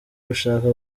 gushaka